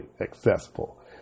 accessible